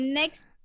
next